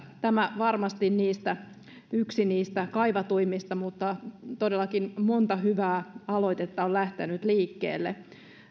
tämä on varmasti yksi niistä kaivatuimmista mutta todellakin monta hyvää aloitetta on lähtenyt liikkeelle